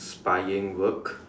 spying work